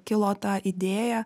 kilo ta idėja